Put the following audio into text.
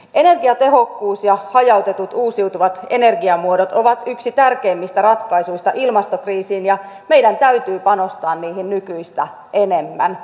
energiatehokkuus ja hajautetut uusiutuvat energiamuodot ovat yksi tärkeimmistä ratkaisuista ilmastokriisiin ja meidän täytyy panostaa niihin nykyistä enemmän